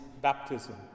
baptism